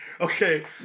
Okay